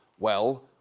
well,